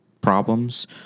problems